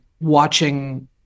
watching